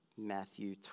Matthew